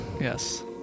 yes